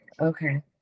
Okay